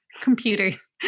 computers